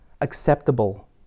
acceptable